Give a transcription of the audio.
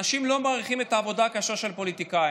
אנשים לא מעריכים את העבודה הקשה של הפוליטיקאים,